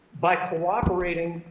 by cooperating,